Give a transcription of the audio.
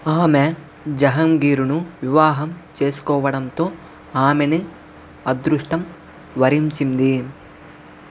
ఆమె జహంగీర్ను వివాహం చేసుకోవడంతో ఆమెని అదృష్టం వరించింది